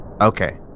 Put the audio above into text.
Okay